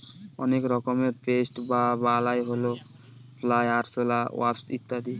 অনেক রকমের পেস্ট বা বালাই হল ফ্লাই, আরশলা, ওয়াস্প ইত্যাদি